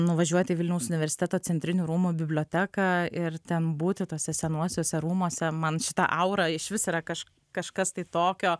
nuvažiuoti į vilniaus universiteto centrinių rūmų biblioteką ir ten būti tuose senuosiuose rūmuose man šita aura išvis yra kažkas kažkas tai tokio